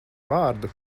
vārdu